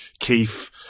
keith